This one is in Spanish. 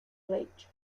reich